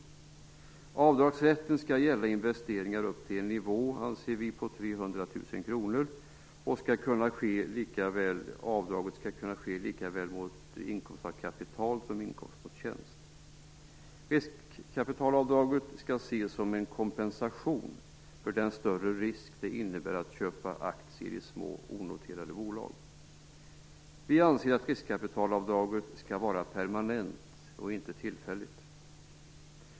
Vi anser att avdragsrätten skall gälla investeringar upp till en nivå på 300 000 kr, och avdraget skall kunna ske lika väl mot inkomst av kapital som mot inkomst av tjänst. Riskkapitalavdraget skall ses som en kompensation för den större risk det innebär att köpa aktier i små, onoterade bolag. Vi anser att riskkapitalavdraget skall vara permanent och inte tillfälligt.